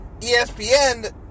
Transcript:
ESPN